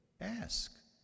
ask